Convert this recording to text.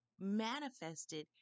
manifested